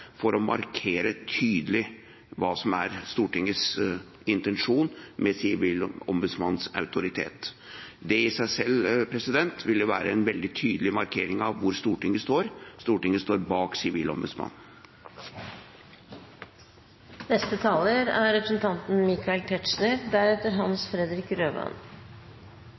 for å markere tydelig hva som er Stortingets intensjon med Sivilombudsmannens autoritet. Det i seg selv vil være en veldig tydelig markering av hvor Stortinget står: Stortinget står bak